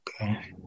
Okay